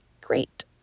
Great